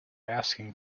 asking